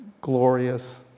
glorious